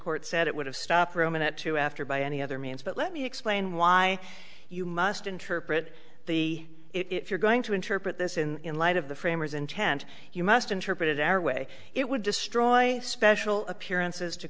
court said it would have stopped ruminant to after by any other means but let me explain why you must interpret the if you're going to interpret this in light of the framers intent you must interpret it our way it would destroy special appearances to